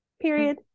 period